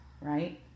right